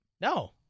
No